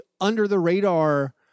under-the-radar